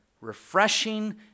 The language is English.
refreshing